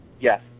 Yes